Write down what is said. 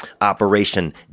Operation